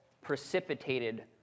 precipitated